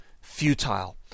futile